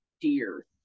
deer